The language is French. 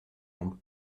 vous